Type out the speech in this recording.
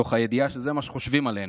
תוך הידיעה שזה מה שחושבים עלינו?